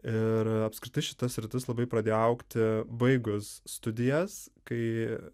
ir apskritai šita sritis labai pradėjo augti baigus studijas kai